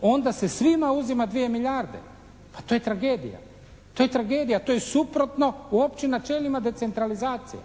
onda se svima uzima 2 milijarde. Pa to je tragedija. To je tragedija, to je suprotno u općim načelima decentralizacije.